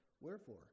Wherefore